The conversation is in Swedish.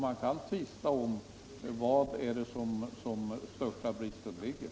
Man kan tvista om var den stora bristen ligger.